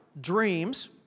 Dreams